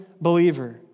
believer